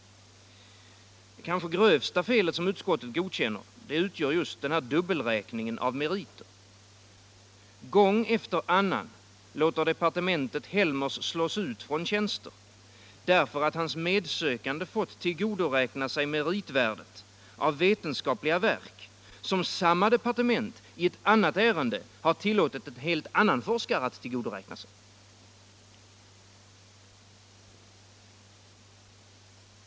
Det kanske grövsta fel som utskottet godkänner utgör just dubbelräkningen av meriter. Gång efter annan låter departementet Helmers slås ut från tjänster därför att hans medsökande fått tillgodoräkna sig meritvärdet av vetenskapliga verk som samma departement i annat ärende har tillåtit en helt annan forskare att tillgodoräkna sig.